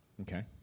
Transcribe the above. Okay